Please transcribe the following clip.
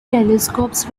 telescopes